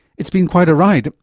it's been quite a ride,